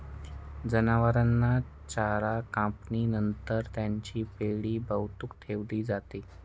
जनावरांचा चारा कापणी नंतर त्याची पेंढी बांधून ठेवली जाते